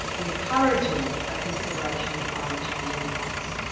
encouraging a consideration of climate change impacts,